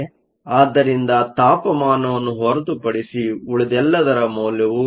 ಆದ್ದರಿಂದ ತಾಪಮಾನವನ್ನು ಹೊರತುಪಡಿಸಿ ಉಳಿದೆಲ್ಲದರ ಮೌಲ್ಯವು ಗೊತ್ತಿದೆ